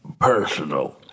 personal